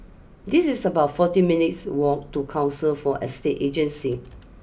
this is about forty minutes' walk to Council for Estate Agencies